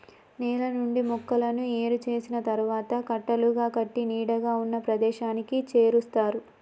నేల నుండి మొక్కలను ఏరు చేసిన తరువాత కట్టలుగా కట్టి నీడగా ఉన్న ప్రదేశానికి చేరుస్తారు